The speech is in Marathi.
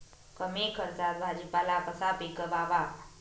कमी खर्चात भाजीपाला कसा पिकवावा?